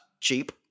cheap